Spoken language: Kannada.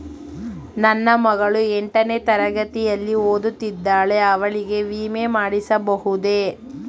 ನನ್ನ ಮಗಳು ಎಂಟನೇ ತರಗತಿಯಲ್ಲಿ ಓದುತ್ತಿದ್ದಾಳೆ ಅವಳಿಗೆ ವಿಮೆ ಮಾಡಿಸಬಹುದೇ?